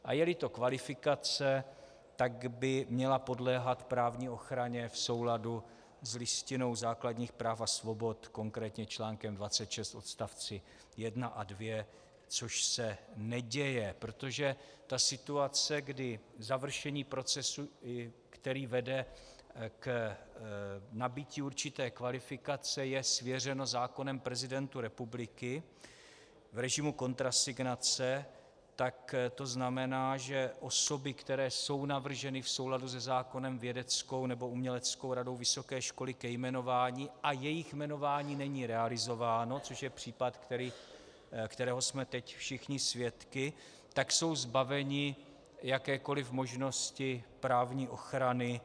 A jeli to kvalifikace, tak by měla podléhat právní ochraně v souladu s Listinou základních práv a svobod, konkrétně článkem 26 odst. 1 a 2, což se neděje, protože ta situace, kdy završení procesu, který vede k nabytí určité kvalifikace, je svěřeno zákonem prezidentu republiky v režimu kontrasignace, tak to znamená, že osoby, které jsou navrženy v souladu se zákonem vědeckou nebo uměleckou radou vysoké školy ke jmenování a jejich jmenování není realizováno, což je případ, kterého jsme teď všichni svědky, tak jsou zbaveni jakékoliv možnosti právní ochrany.